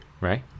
right